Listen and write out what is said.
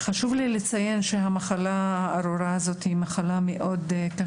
חשוב לי לציין שהמחלה הארורה הזאת היא מאוד קשה,